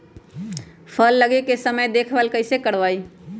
फल लगे के समय देखभाल कैसे करवाई?